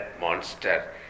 monster